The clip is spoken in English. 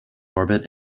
orbit